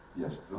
Yes